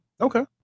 okay